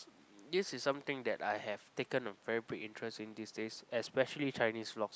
this is something that I have taken a very big interest in these days especially Chinese vlogs